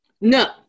No